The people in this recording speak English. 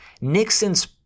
Nixon's